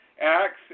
acts